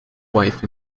wife